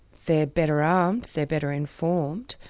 they are better armed, they are better informed.